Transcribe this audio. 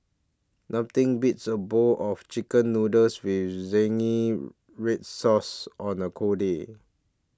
nothing beats a bowl of Chicken Noodles with Zingy Red Sauce on a cold day